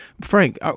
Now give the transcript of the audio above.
Frank